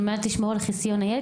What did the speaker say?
על מנת לשמור על חסיון הילד.